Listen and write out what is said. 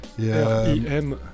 R-I-M